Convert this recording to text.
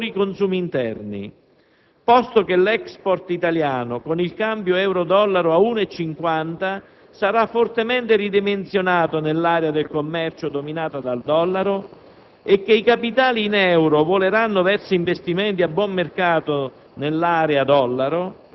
sotto l'1,4 per cento, significa rallentamento dell'occupazione e minori consumi interni. Posto che l'*ex**port* italiano, con il cambio euro-dollaro a 1.50, sarà fortemente ridimensionato nell'area del commercio dominata dal dollaro